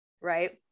right